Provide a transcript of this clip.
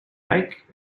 back